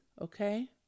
okay